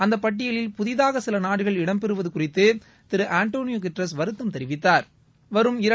அந்த பட்டியலில் புதிதூக சில நாடுகள் இடம்பெறுவது குறித்து திரு ஆன்டனியோ குட்ரஸ் வருத்தம் தெரிவித்தாா்